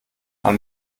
man